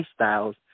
lifestyles